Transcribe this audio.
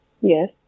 yes